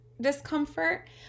discomfort